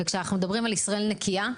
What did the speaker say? כשאנחנו מדברים על ישראל נקייה,